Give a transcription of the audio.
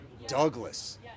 douglas